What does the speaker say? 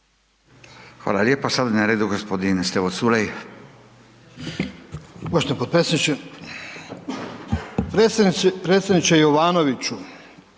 Hvala lijepa. Sada je na redu gospodin Stevo Culej.